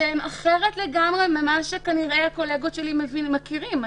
שזה אחרת לגמרי ממה שכנראה הקולגות שלי מכירים.